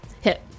Hit